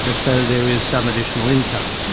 ah so there is some additional income.